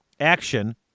action